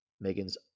Megan's